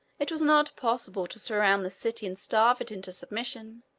it was not possible to surround the city and starve it into submission,